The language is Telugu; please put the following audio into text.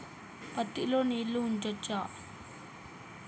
పత్తి లో నీళ్లు ఉంచచ్చా?